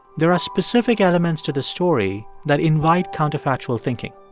there are specific elements to this story that invite counterfactual thinking.